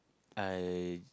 I